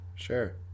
Sure